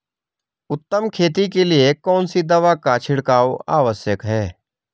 उत्तम खेती के लिए कौन सी दवा का छिड़काव आवश्यक है?